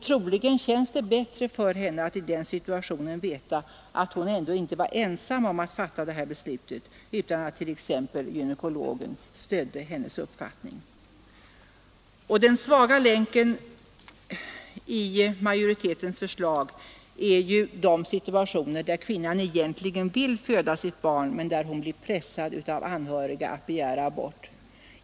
Troligen känns det bättre för henne att i en sådan situation veta att hon ändå inte var ensam om att fatta det här beslutet utan att t.ex. gynekologen stödde hennes uppfattning. Den svaga länken i majoritetens förslag är ju de situationer där kvinnan egentligen vill föda sitt barn men där hon blir pressad av anhöriga att begära abort.